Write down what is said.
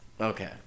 Okay